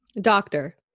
doctor